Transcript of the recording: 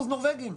50% "נורבגים",